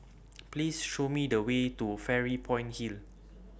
Please Show Me The Way to Fairy Point Hill